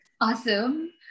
awesome